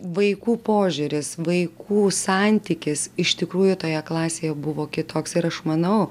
vaikų požiūris vaikų santykis iš tikrųjų toje klasėje buvo kitoks ir aš manau